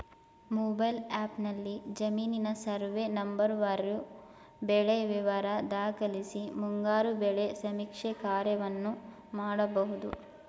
mobile ಆ್ಯಪ್ನಲ್ಲಿ ಜಮೀನಿನ survey ನಂಬರ್ವಾರು ಬೆಳೆ ವಿವರ ದಾಖಲಿಸಿ ಮುಂಗಾರು ಬೆಳೆ ಸಮೀಕ್ಷೆ ಕಾರ್ಯವನ್ನು ಮಾಡ್ಬೋದು